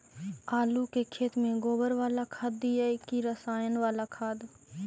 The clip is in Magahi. आलू के खेत में गोबर बाला खाद दियै की रसायन बाला खाद?